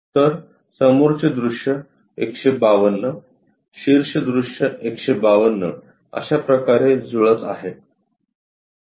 तर समोरचे दृश्य 152 शीर्ष दृश्य 152 अशा प्रकारे जुळत आहे